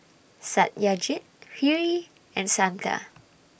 Satyajit Hri and Santha